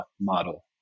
model